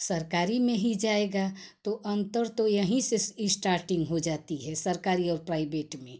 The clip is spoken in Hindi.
सरकारी में हीं जाएगा तो अंतर तो एहीं से स्टारटिंग हो जाती है सरकारी और प्राइबेट में